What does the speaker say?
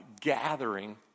gathering